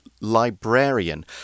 librarian